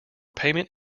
payment